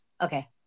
Okay